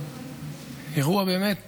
אירוע באמת